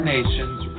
Nations